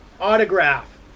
Autograph